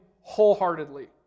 wholeheartedly